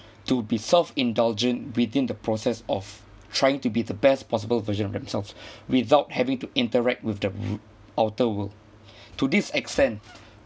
to be self indulgent within the process of trying to be the best possible version of themselves without having to interact with the w~ outer world to this extent